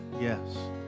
Yes